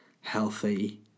healthy